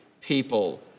people